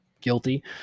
guilty